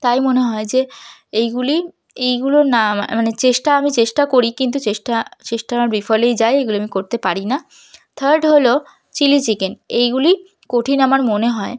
তাই মনে হয় যে এইগুলি এইগুলো না মানে চেষ্টা আমি চেষ্টা করি কিন্তু চেষ্টা চেষ্টা আমার বিফলেই যায় এগুলি আমি করতে পারি না থার্ড হল চিলি চিকেন এইগুলি কঠিন আমার মনে হয়